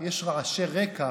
יש רעשי רקע,